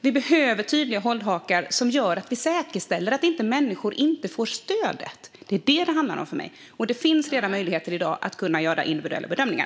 Vi behöver tydliga hållhakar som gör att vi säkerställer att det inte blir så att människor inte får stödet. Det är det det handlar om för mig, och det finns redan i dag möjlighet att göra individuella bedömningar.